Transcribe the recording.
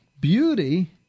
beauty